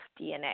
DNA